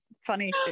funny